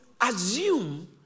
assume